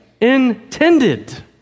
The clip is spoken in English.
intended